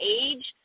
age